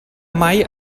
mai